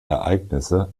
ereignisse